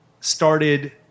started